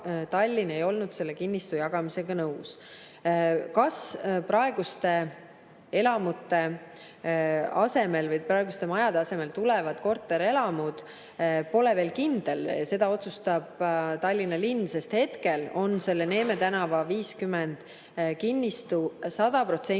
Tallinn ei olnud selle kinnistu jagamisega nõus. Kas praeguste majade asemele tulevad korterelamud, pole veel kindel. Seda otsustab Tallinna linn, sest hetkel on see Neeme tänava 50 kinnistu 100%